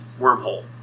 wormhole